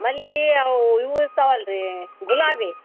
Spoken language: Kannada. ಮಲ್ಲಿಗೆ ಅವು ಇವು ಇರ್ತಾವಲ್ಲ ರೀ ಗುಲಾಬಿ